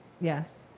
Yes